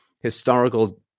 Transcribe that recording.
historical